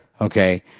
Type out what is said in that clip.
Okay